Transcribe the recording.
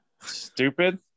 stupid